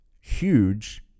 huge